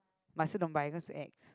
but I still don't buy cause it's ex